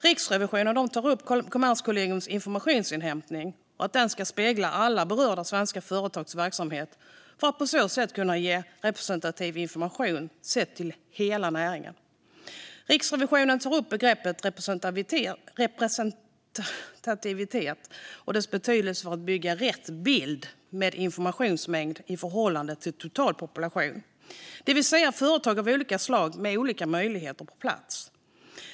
Riksrevisionen tar upp att Kommerskollegiums informationsinhämtning ska spegla alla berörda svenska företags verksamhet för att man på så sätt ska kunna ge representativ information sett till hela näringen. Riksrevisionen tar upp begreppet representativitet och dess betydelse för att bygga rätt bild med informationsmängd i förhållande till totalpopulation, det vill säga företag av olika slag med olika möjligheter på plats.